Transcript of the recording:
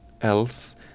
else